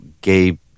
gay